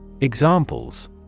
Examples